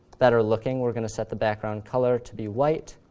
better looking, we're going to set the background color to be white,